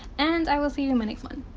and i will see you in my next one.